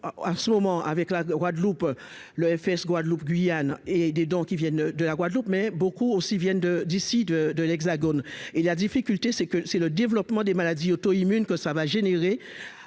en ce moment avec la Guadeloupe le EFS, Guadeloupe, Guyane et des dons qui viennent de la Guadeloupe, mais beaucoup aussi viennent de d'ici de de l'Hexagone et la difficulté, c'est que c'est le développement des maladies auto-immunes, que ça va générer